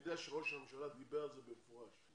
יודע שראש הממשלה דיבר במפורש על